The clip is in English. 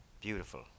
Beautiful